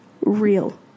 real